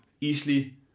easily